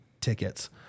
tickets